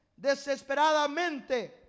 Desesperadamente